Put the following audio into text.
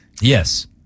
Yes